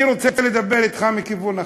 אני רוצה לדבר אתך מכיוון אחר,